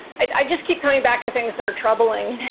i just keep coming back to things that are troubling.